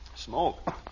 smoke